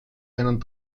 einen